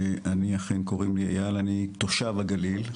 אני אכן קוראים לי איל, אני תושב הגליל.